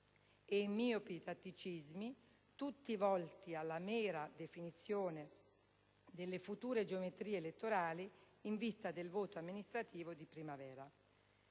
e in miopi tatticismi, tutti volti alla mera definizione delle future geometrie elettorali in vista del voto amministrativo di primavera.